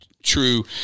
true